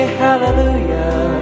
hallelujah